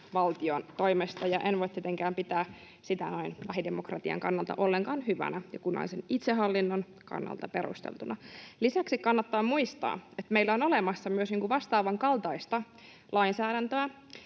valtion toimesta, ja en voi tietenkään pitää sitä lähidemokratian kannalta ollenkaan hyvänä ja kunnallisen itsehallinnon kannalta perusteltuna. Lisäksi kannattaa muistaa, että meillä on olemassa myös vastaavan kaltaista lainsäädäntöä.